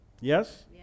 Yes